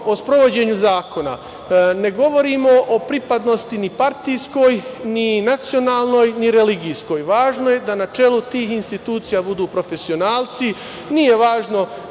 o sprovođenju zakona, ne govorimo o pripadnosti ni partijskoj, ni nacionalnoj, ni religijskoj. Važno je da na čelu tih institucija budu profesionalci. Nije važno